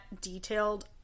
detailed